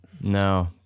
No